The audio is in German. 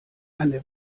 eine